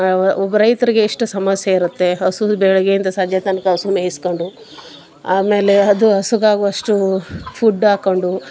ಒಬ್ಬ ರೈತರಿಗೆ ಎಷ್ಟು ಸಮಸ್ಯೆ ಇರುತ್ತೆ ಹಸುದು ಬೆಳಗ್ಗೆ ಇಂದ ಸಂಜೆ ತನಕ ಹಸು ಮೇಯಿಸಿಕೊಂಡು ಆಮೇಲೆ ಅದು ಹಸುಗಾಗುವಷ್ಟು ಫುಡ್ ಹಾಕ್ಕೊಂಡು